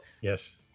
Yes